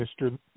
Mr